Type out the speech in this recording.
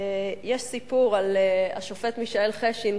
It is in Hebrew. יש סיפור על השופט מישאל חשין,